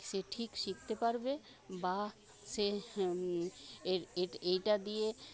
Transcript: সে ঠিক শিখতে পারবে বা সে এ এটা দিয়ে